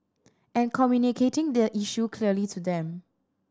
and communicating the issue clearly to them